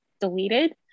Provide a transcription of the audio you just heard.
deleted